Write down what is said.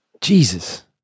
Jesus